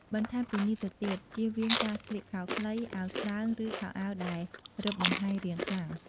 បន្ថែមពីនេះទៅទៀតជៀសវៀងការស្លៀកខោខ្លី អាវស្តើង ឬខោអាវដែលរឹបបង្ហាញរាងខ្លាំង។